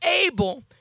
able